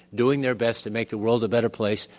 doing their best to make the world a better place.